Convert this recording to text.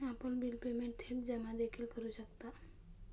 आपण bill payment थेट जमा देखील करू शकता